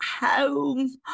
home